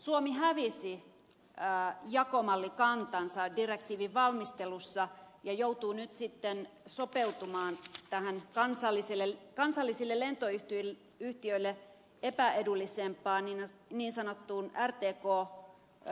suomi hävisi jakomallikantansa direktiivin valmistelussa ja joutuu nyt sitten sopeutumaan tähän kansallisille lentoyhtiöille epäedullisempaan niin sanottuun rtk malliin